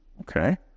Okay